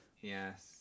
Yes